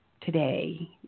today